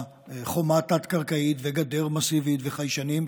חומה תת-קרקעית עם גדר מסיבית וחיישנים,